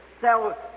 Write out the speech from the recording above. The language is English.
sell